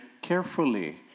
carefully